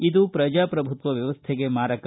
ಇದು ಪ್ರಜಾಪ್ರಭುತ್ವ ವ್ಯವಸ್ಥೆಗೆ ಮಾರಕ